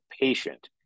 patient